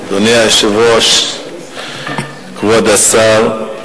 היושב-ראש, כבוד השר,